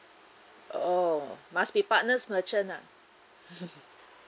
oh must be partners merchant ah